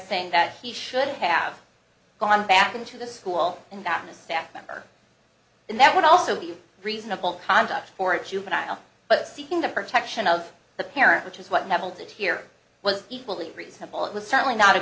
saying that he should have gone back into the school and gotten a staff member and that would also be reasonable conduct for a juvenile but seeking the protection of the parent which is what novelty to here was equally reasonable it was certainly not a